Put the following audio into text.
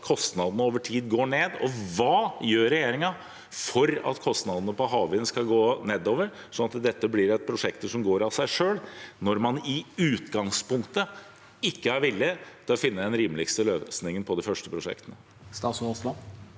kostnadene over tid går ned? Og hva gjør regjeringen for at kostnadene for havvind skal gå nedover, sånn at dette blir prosjekter som går av seg selv, når man i utgangspunktet ikke er villig til å finne den rimeligste løsningen på de første prosjektene?